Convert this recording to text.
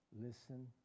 listen